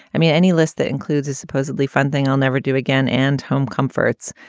i mean any list that includes a supposedly fun thing i'll never do again and home comforts,